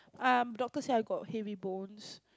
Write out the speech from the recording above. um doctor say I got heavy bones